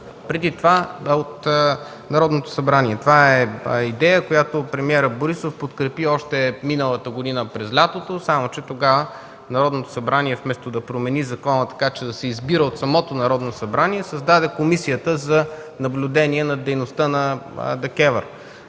се избира от Народното събрание. Това е идея, която премиерът Борисов подкрепи още миналата година през лятото. Само че тогава Народното събрание, вместо да промени закона така, че да се избира от самото Народно събрание, създаде комисията за наблюдение на дейността на ДКЕВР.